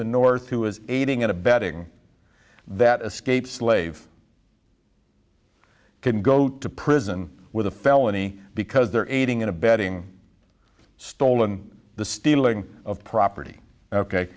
the north who is aiding and abetting that escaped slave can go to prison with a felony because they're aiding and abetting stolen the stealing of property ok